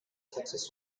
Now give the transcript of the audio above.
texas